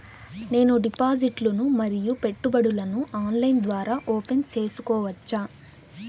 నేను డిపాజిట్లు ను మరియు పెట్టుబడులను ఆన్లైన్ ద్వారా ఓపెన్ సేసుకోవచ్చా?